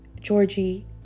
Georgie